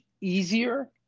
easier